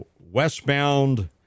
westbound